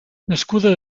nascuda